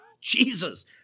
Jesus